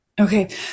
Okay